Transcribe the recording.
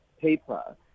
paper